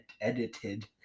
edited